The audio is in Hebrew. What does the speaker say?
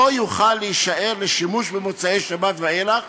לא יוכל להישאר לשימוש במוצאי-שבת ואילך,